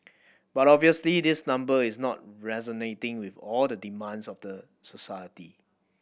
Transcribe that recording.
but obviously this number is not resonating with all the demands of the society